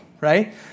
right